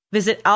Visit